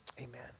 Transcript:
Amen